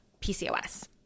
PCOS